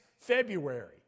February